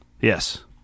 Yes